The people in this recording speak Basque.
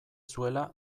zuela